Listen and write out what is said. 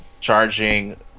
charging